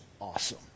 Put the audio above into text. awesome